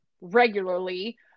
regularly